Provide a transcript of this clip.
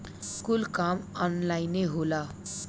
कुल काम ऑन्लाइने होला